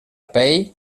pell